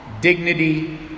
dignity